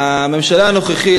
הממשלה הנוכחית,